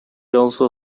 also